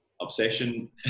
obsession